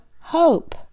hope